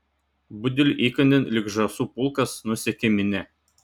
budeliui įkandin lyg žąsų pulkas nusekė minia